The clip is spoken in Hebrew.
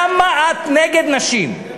למה את נגד נשים?